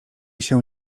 się